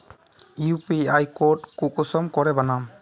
UPI code कुंसम करे बनाम?